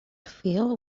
field